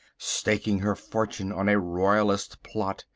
staking her fortune on a royalist plot,